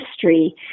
history